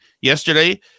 yesterday